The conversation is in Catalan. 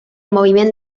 moviment